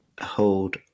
Hold